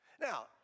Now